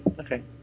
Okay